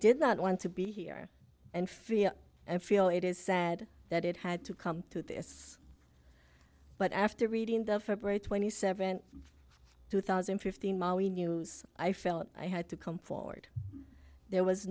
did not want to be here and feel i feel it is sad that it had to come to this but after reading the february twenty seventh two thousand and fifteen molly news i felt i had to come forward there was